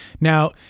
Now